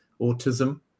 autism